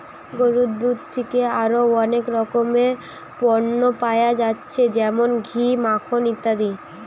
গরুর দুধ থিকে আরো অনেক রকমের পণ্য পায়া যাচ্ছে যেমন ঘি, মাখন ইত্যাদি